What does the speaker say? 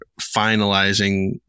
finalizing